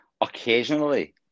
Occasionally